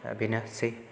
बेनोसै